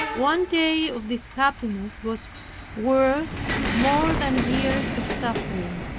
one day of this happiness was worth more than years of suffering.